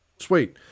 sweet